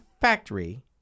factory